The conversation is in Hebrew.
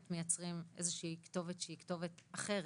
מיצרים איזו שהיא כתובת שהיא כתובת אחרת,